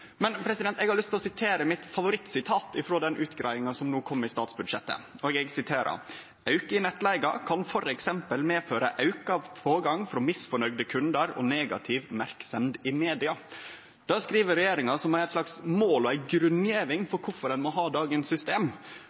Eg har lyst til å sitere favorittsitatet mitt frå den utgreiinga som kom i samband med statsbudsjettet: «Auke i nettleiga kan for eksempel medføre auka pågang frå misnøgde kundar og negativ merksemd i media.» Det skriv regjeringa, som eit slags mål og ei grunngjeving for kvifor ein må ha dagens system.